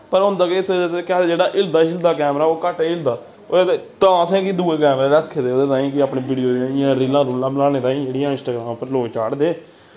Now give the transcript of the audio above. पर होंदे केह् आखदे जेह्का हिलदा शिलददा कैमरा ओह् घट्ट हिलदा और तां असें दुऐ कैमरे रक्खी ले दे वीडियो अपने रीलां रूलां बनाने ताईं जेह्ड़ियां इंस्टाग्राम पर लोग चाढ़दे